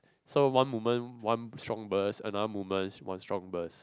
so one movement one strong burst another movement one strong burst